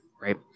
Right